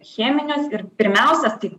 cheminius ir pirmiausia tai